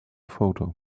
photo